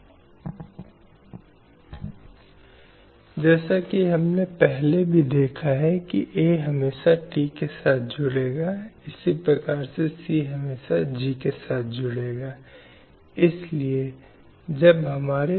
कभी कभी यह अजनबी भी हो सकता है लेकिन जैसा कि कई उदाहरणों में अनुसंधान के माध्यम से देखा गया है ये घर के भीतर भी हैं जिसे आम तौर पर महिलाओं के लिए एक सुरक्षित आश्रय के रूप में लिया जाता है जो खुद को युवा बच्चों परिवार में युवा लड़की या परिवार की अन्य महिलाओं पर शिकार करने वाला बना देता है